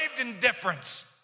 indifference